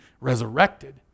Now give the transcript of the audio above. resurrected